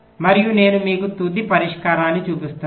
మరియు నేను మీకు తుది పరిష్కారాన్ని చూపిస్తున్నాను